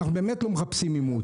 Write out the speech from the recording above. אנחנו באמת לא מחפשים עימות.